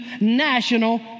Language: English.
national